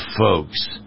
folks